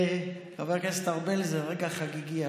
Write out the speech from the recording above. חבר הכנסת ארבל, זה רגע חגיגי.